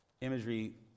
imagery